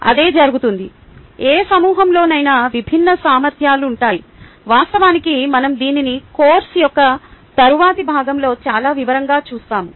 అదే జరుగుతుంది ఏ సమూహంలోనైనా విభిన్న సామర్ధ్యాలు ఉంటాయి వాస్తవానికి మనం దీనిని కోర్సు యొక్క తరువాతి భాగంలో చాలా వివరంగా చూస్తాము